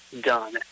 done